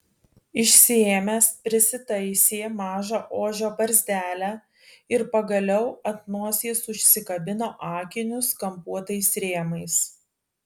išsiėmęs prisitaisė mažą ožio barzdelę ir pagaliau ant nosies užsikabino akinius kampuotais rėmais